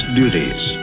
duties